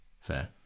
Fair